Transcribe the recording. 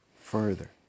further